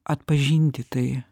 atpažinti tai